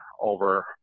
over